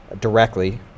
directly